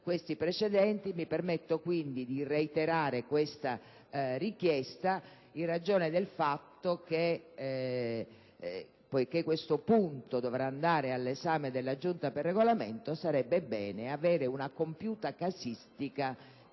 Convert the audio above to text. stati forniti e mi permetto, quindi, di reiterare questa richiesta, in ragione del fatto che, poiché questo punto dovrà andare all'esame della Giunta del Regolamento, sarebbe bene avere una compiuta casistica